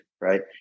right